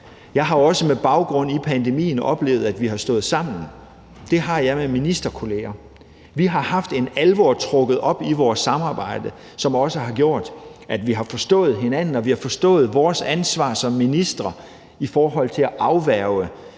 sige, at jeg med baggrund i pandemien har oplevet, at vi har stået sammen. Det har jeg med ministerkolleger. Vi har haft en alvor trukket op i vores samarbejde, som også har gjort, at vi har forstået hinanden og vi har forstået vores ansvar som ministre i forhold til at afværge